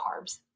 carbs